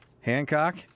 hancock